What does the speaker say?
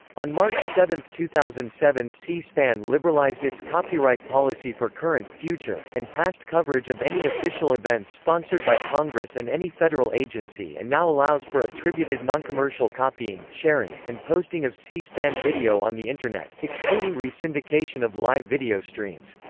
on march seven, two thousand and seven c-span liberalized its copyright policy for current, future, and past coverage of any official events sponsored by congress and any federal agency and now allows for attributed non-commercial copying, sharing, and posting of c-span video on the internet, excluding re-syndication of live video streams.